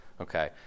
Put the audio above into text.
okay